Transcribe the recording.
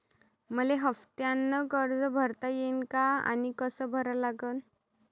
मले हफ्त्यानं कर्ज भरता येईन का आनी कस भरा लागन?